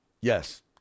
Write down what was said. Yes